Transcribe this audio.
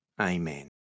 Amen